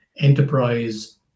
enterprise